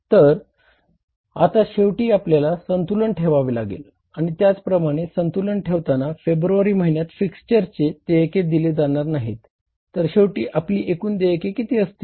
तर आता शेवटी आपल्याला संतुलन ठेवावे लागेल आणि त्याचप्रमाणे संतुलन ठेवताना फेब्रुवारी महिन्यात फिक्सचरचे देयके दिली जाणार नाहीत तर शेवटी आपली एकूण देयक किती असतील